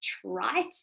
trite